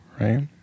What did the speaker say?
right